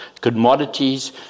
commodities